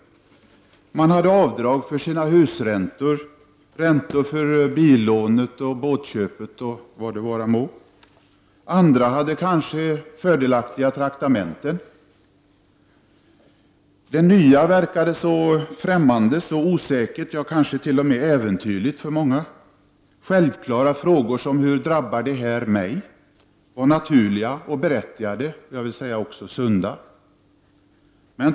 En del kunde göra avdrag för sina räntor på lån för det egna huset, för bilen, för båten osv. Andra hade kanske fördelaktiga traktamenten. Många tyckte att det nya verkade vara så främmande och osäkert, ja, kanske t.o.m. äventyrligt. Det var naturligt och berättigat — jag skulle vilja säga att det också var sunt — att undra: Hur drabbar det här mig?